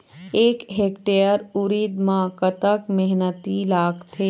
एक हेक्टेयर उरीद म कतक मेहनती लागथे?